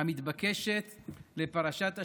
המתבקשת לפרשת השבוע,